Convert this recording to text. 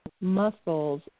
muscles